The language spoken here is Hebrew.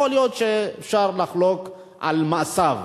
יכול להיות שאפשר לחלוק על מעשיו,